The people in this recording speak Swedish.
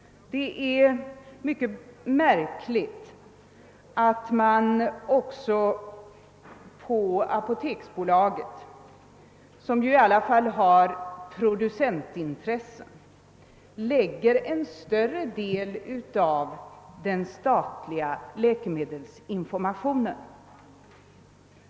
Det är mycket märkligt att man också på apoteksbolaget, som ju i alla fall har producentintressen, lägger en större del av den statliga läkemedelsinformationen.